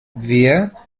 wer